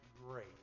great